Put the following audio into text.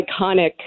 iconic